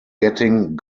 getting